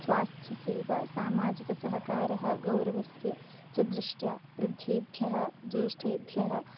स्वास्थ्यसेवा सामाजिकः सहकारः गौरवस्य च दृष्ट्या वृद्धेभ्यः ज्येष्ठेभ्यः